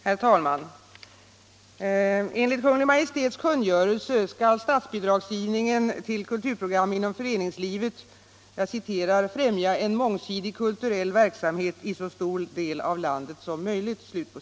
Herr talman! Enligt Kungl. Maj:ts kungörelse skall statsbidragsgivningen till kulturprogram inom föreningslivet ”främja en mångsidig kulturell verksamhet i så stor del av landet som möjligt”.